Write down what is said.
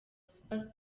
super